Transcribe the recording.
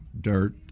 dirt